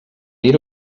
dir